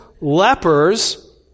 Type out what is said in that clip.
lepers